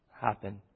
happen